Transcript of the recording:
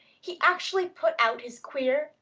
he actually put out his queer,